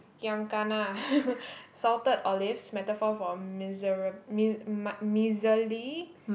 giam kena salted olives metaphor for miserab~ mis~ miserly